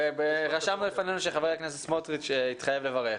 רשמנו לפנינו שח"כ סמוטריץ' התחייב לברך.